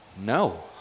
No